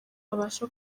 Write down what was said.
abasha